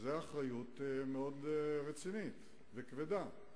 זאת אחריות מאוד רצינית וכבדה.